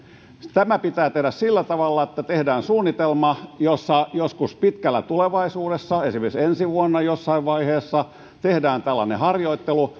tämä pitää tehdä sillä tavalla että tehdään suunnitelma jossa joskus pitkällä tulevaisuudessa esimerkiksi ensi vuonna jossain vaiheessa tehdään tällainen harjoittelu